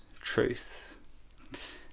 truth